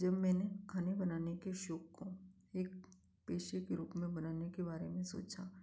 जब मैंने खाने बनाने के शौक़ को एक पेशे के रूप में बनाने के बारे में सोचा